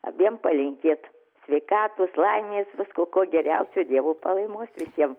abiem palinkėt sveikatos laimės visko ko geriausio dievo palaimos visiem